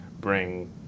bring